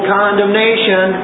condemnation